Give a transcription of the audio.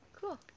Cool